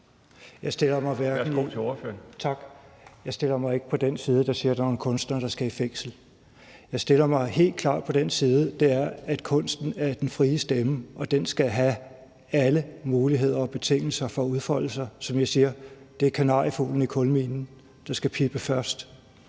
Jeg stiller mig ikke på den side, der siger, at der er nogle kunstnere, der skal i fængsel. Jeg stiller mig helt klart på den side, der er, at kunsten er den frie stemme, og at den skal have alle muligheder og betingelser for at udfolde sig. Som jeg siger, er det kanariefuglen i kulminen, der skal pippe først.